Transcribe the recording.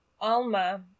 Alma